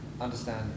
understand